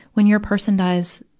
when your person dies,